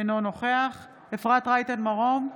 אינו נוכח אפרת רייטן מרום,